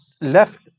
left